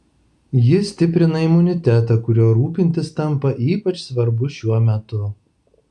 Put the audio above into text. ji stiprina imunitetą kuriuo rūpintis tampa ypač svarbu šiuo metu